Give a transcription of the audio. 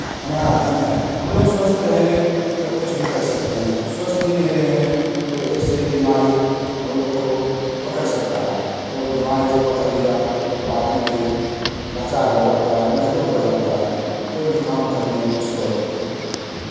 हमारा धन है हम लोग स्वस्थ रहेंगे तब कुछ भी कर सकते हैं स्वस्थ ही नहीं रहेंगे तो एक से एक बीमारी हम लोग को पकड़ सकता है और बीमारी जब पकड़ लिया तो आदमी फिर लाचार हो जाता है मजबूर हो जाता है कोई भी काम करने में उसको